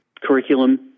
curriculum